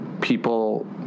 people